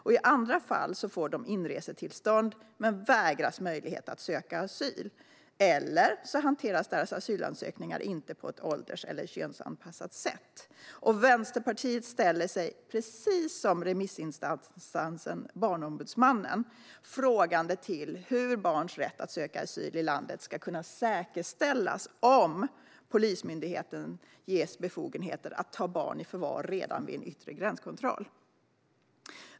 I andra fall får de inresetillstånd men vägras möjlighet att söka asyl, eller så hanteras deras asylansökningar inte på ett ålders och könsanpassat sätt. Vänsterpartiet ställer sig, precis som remissinstansen Barnombudsmannen, frågande till hur barns rätt att söka asyl i landet ska kunna säkerställas om Polismyndigheten ges befogenhet att ta barn i förvar redan vid en yttre gränskontroll.